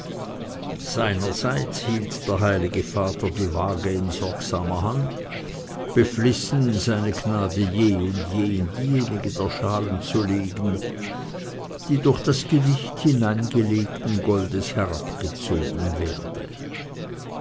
seinerseits hielt der heilige vater die waage in sorgsamer hand beflissen seine gnade je und je in diejenige der schalen zu legen die durch das gewicht hineingelegten goldes herabgezogen werde